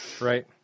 Right